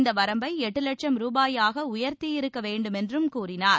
இந்த வரம்பை எட்டு லட்சம் ரூபாயாக உயர்த்தியிருக்க வேண்டுமென்றும் கூறினார்